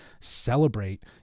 celebrate